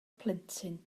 plentyn